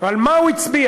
ועל מה הוא הצביע?